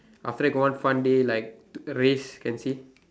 after that got one fun day like race can see